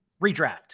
redraft